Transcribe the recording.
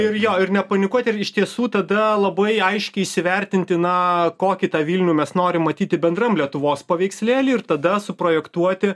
ir jo ir nepanikuoti ir iš tiesų tada labai aiškiai įsivertinti na kokį tą vilnių mes norim matyti bendram lietuvos paveikslėly ir tada suprojektuoti